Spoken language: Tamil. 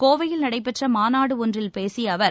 கோவையில் நடைபெற்ற மாநாடு ஒன்றில் பேசிய அவர்